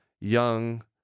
young